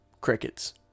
Crickets